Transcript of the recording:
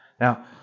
Now